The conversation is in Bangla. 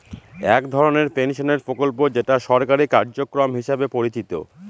এক ধরনের পেনশনের প্রকল্প যেটা সরকারি কার্যক্রম হিসেবে পরিচিত